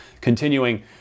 Continuing